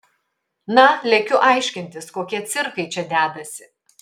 na lekiu aiškintis kokie cirkai čia dedasi